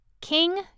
King